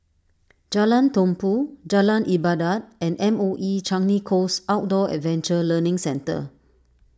Jalan Tumpu Jalan Ibadat and M O E Changi Coast Outdoor Adventure Learning Centre